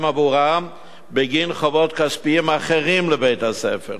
עבורן בגין חובות כספיים אחרים לבית-הספר,